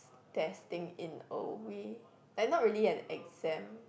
testing in a way like not really an exam